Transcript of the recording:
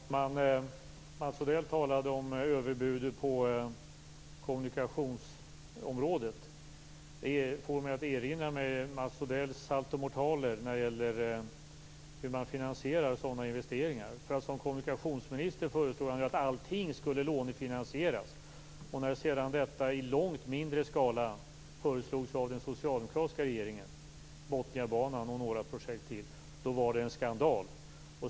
Herr talman! Mats Odell talade om överbuden på kommunikationsområdet. Det får mig att erinra mig Mats Odells saltomortaler när det gäller hur man finansierar sådana investeringar. Som kommunikationsminister föreslog han att allting skulle lånefinansieras. När sedan detta i långt mindre skala föreslogs av den socialdemokratiska regeringen - Botniabanan och några projekt till - var det en skandal.